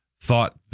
thought